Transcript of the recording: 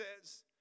says